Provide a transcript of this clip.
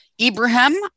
Ibrahim